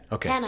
Okay